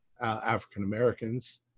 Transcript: African-Americans